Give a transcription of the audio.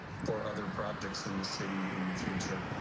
for other projects in the city in the future.